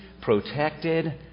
protected